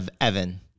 Evan